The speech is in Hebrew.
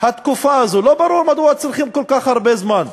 התקופה הזו, ולא ברור מדוע צריכים כל כך הרבה זמן.